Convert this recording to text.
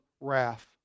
wrath